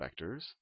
vectors